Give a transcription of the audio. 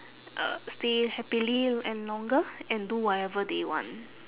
uh stay happily and longer and do whatever they want